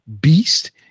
beast